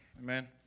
Amen